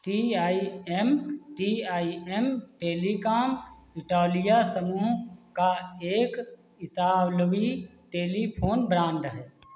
T I M T I M telecom Italia समूह का एक इतालवी टेलीफोन ब्रांड है